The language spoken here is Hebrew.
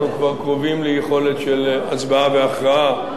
אנחנו כבר קרובים ליכולת של הצבעה והכרעה,